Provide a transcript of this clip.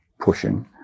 pushing